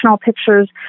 pictures